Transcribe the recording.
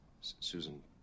Susan